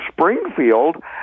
Springfield